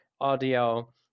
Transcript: audio